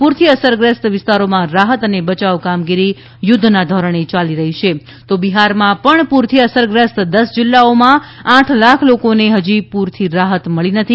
પૂરથી અસરગ્રસ્ત વિસ્તારોમાં રાહત અને બચાવ કામગીરી યુદ્ધના ધોરણે યાલી રહી છ બિહાર પૂર બિહારમાં પણ પૂરથી અસરગ્રસ્ત દસ જિલ્લાઓમાં આઠ લાખ લોકોને હજી પુરથી રાહત મળી નથી